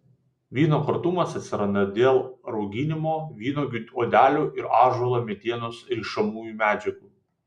vyno kartumas atsiranda dėl rauginimo vynuogių odelių ir ąžuolo medienos rišamųjų medžiagų